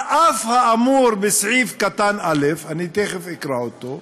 על אף האמור בסעיף קטן (א) אני תכף אקרא אותו,